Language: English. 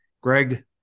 Greg